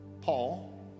Paul